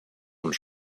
und